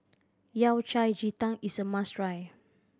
Yao Cai ji tang is a must try